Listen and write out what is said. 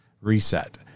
reset